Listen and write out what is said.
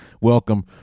welcome